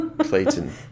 Clayton